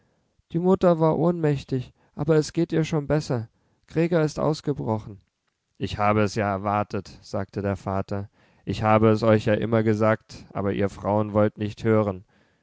die mutter war ohnmächtig aber es geht ihr schon besser gregor ist ausgebrochen ich habe es ja erwartet sagte der vater ich habe es euch ja immer gesagt aber ihr frauen wollt nicht hören